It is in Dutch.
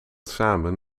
samen